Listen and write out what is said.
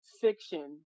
fiction